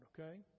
okay